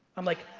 i'm like,